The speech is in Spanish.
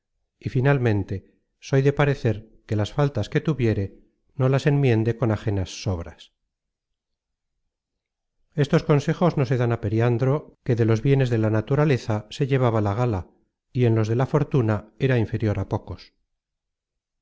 y finalmente soy de parecer que las faltas que tuviere no las enmiende con ajenas sobras estos consejos no se dan á periandro que de los bienes de la naturaleza se llevaba la gala y en los de la fortuna era inferior á pocos